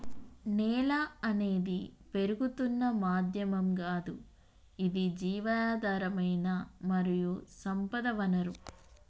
నేల అనేది పెరుగుతున్న మాధ్యమం గాదు ఇది జీవధారమైన మరియు సంపద వనరు